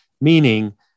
meaning